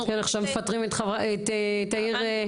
עכשיו מפטרים את תאיר איפרגן.